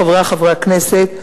חברי חברי הכנסת,